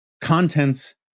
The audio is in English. contents